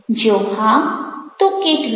જો હા તો કેટલો